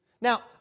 Now